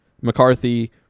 McCarthy